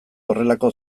horrelako